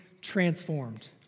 transformed